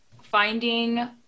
finding